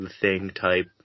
thing-type